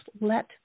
let